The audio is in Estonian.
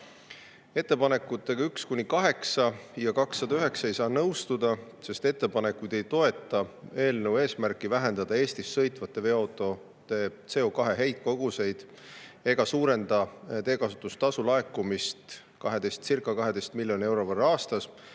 Ettepanekutega 1–8 ja 209 ei saa nõustuda, sest ettepanekud ei toeta eelnõu eesmärki vähendada Eestis sõitvate veoautode CO2heitkoguseid ega suurenda teekasutustasu laekumistcirca12 miljoni euro võrra aastas,